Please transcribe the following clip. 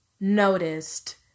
noticed